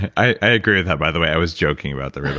and i agree with that by the way. i was joking about the rib eye.